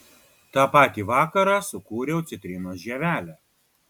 tą patį vakarą sukūriau citrinos žievelę